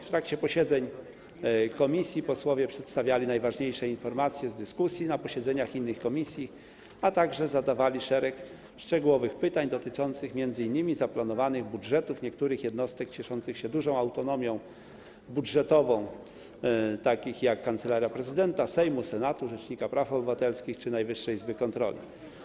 W trakcie posiedzeń komisji posłowie przedstawiali najważniejsze informacje z dyskusji na posiedzeniach innych komisji, a także zadawali szereg szczegółowych pytań dotyczących m.in. zaplanowanych budżetów niektórych jednostek cieszących się dużą autonomią budżetową, takich jak Kancelaria Prezydenta, kancelarie Sejmu i Senatu, Biuro Rzecznika Praw Obywatelskich czy Najwyższa Izba Kontroli.